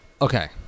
okay